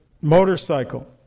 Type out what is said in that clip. motorcycle